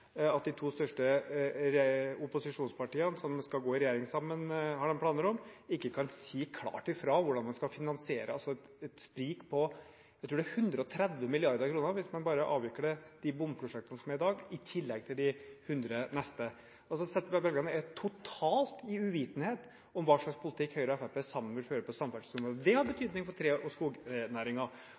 at de to største opposisjonspartiene, som har planer om å gå i regjering sammen, ikke kan si klart fra om hvordan de skal finansiere et sprik på 130 mrd. kr – tror jeg det er – hvis man bare avvikler de bomprosjektene som er i dag, i tillegg til de 100 neste. Velgerne er i total uvitenhet om hva slags politikk Høyre og Fremskrittspartiet sammen vil føre på samferdselsområdet. Det har betydning for tre- og